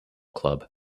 club